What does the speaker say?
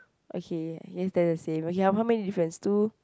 okay I guess that's the same okay how many difference two